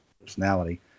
personality